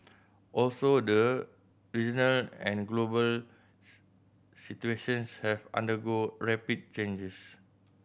also the regional and global situations have undergone rapid changes